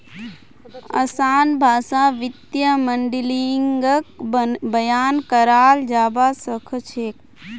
असान भाषात वित्तीय माडलिंगक बयान कराल जाबा सखछेक